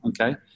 Okay